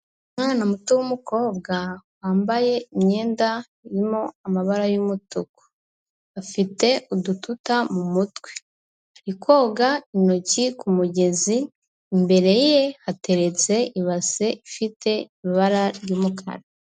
Umwana muto w'umukobwa wambaye imyenda irimo amabara y'umutuku, afite udututa mu mutwe. Ari koga intoki ku mugezi, imbere ye hateretse ibase ifite ibara ry'umukara.